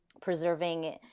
preserving